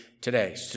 today